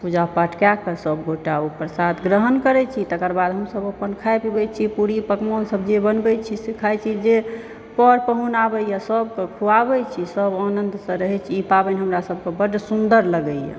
पूजा पाठ कएकऽ सभ गोटा ओ प्रसाद ग्रहण करैत छी तकर बाद हमहुसभ अपन खाइ पिबै छी पूरी पकवानसभ जे बनबैत छी से खाइ छी जे पर पाहुन आबैए सभकऽ खुआबैत छी सभ आनन्दसँ रहैत छी ई पाबनि हमरा सभके बड सुन्दर लगैए